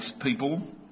people